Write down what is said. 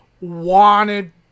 wanted